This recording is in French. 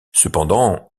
cependant